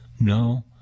No